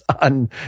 on